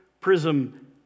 prism